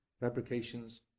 fabrications